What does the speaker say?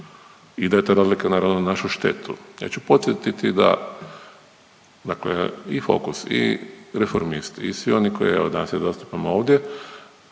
i da je ta razlika naravno na našu štetu. Ja ću podsjetiti da dakle i Fokus i Reformisti i svi oni koje evo danas zastupamo ovdje